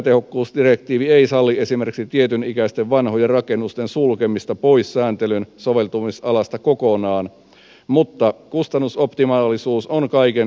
energiatehokkuusdirektiivi ei salli esimerkiksi tietyn ikäisten vanhojen rakennusten sulkemista pois sääntelyn soveltumisalasta kokonaan mutta kustannusoptimaalisuus on kaiken sääntelyn taustalla